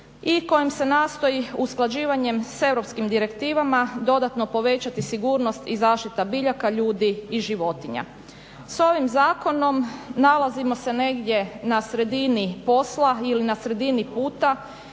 i kojim se nastoji usklađivanje s europskim direktivama dodatno povećati sigurnost i zaštita biljaka, ljudi i životinja. S ovim zakonom nalazimo se negdje na sredini posla ili na sredini puta